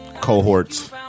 cohorts